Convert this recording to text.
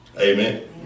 Amen